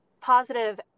positive